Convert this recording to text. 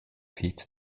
feeds